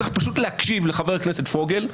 צרי להקשיב לחבר הכנסת פוגל,